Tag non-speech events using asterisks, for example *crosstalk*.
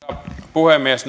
puhemies *unintelligible*